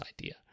idea